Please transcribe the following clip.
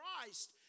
Christ